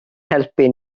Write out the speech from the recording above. helpu